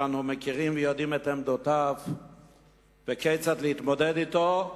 שאנו מכירים ויודעים את עמדותיו וכיצד להתמודד אתו,